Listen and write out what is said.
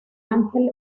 ángel